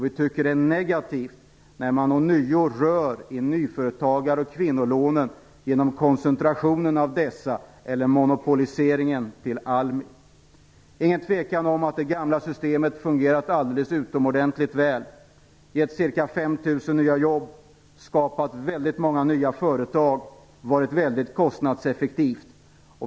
Vi tycker att det är negativt när man på nytt rör nyföretagar och kvinnolånen genom koncentration av dessa eller monopoliseringen till ALMI. Det är ingen tvekan om att det gamla systemet fungerat alldeles utomordentligt väl, gett ca 5 000 nya jobb, skapat väldigt många nya företag och varit mycket kostnadseffektivt.